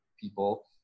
people